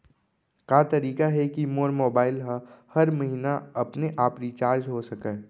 का तरीका हे कि मोर मोबाइल ह हर महीना अपने आप रिचार्ज हो सकय?